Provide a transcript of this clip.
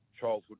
childhood